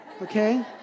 okay